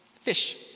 Fish